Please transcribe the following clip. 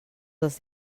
dels